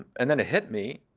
and then it hit me